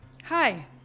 Hi